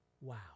Wow